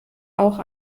auch